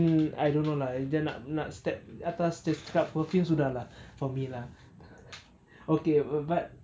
I don't know lah jangan nak nak step atas cakap perfume sudah lah for me lah okay but